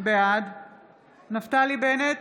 בעד נפתלי בנט,